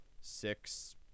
six